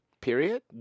Period